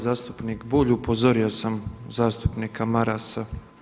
Zastupnik Bulj, upozorio sam zastupnika Marasa.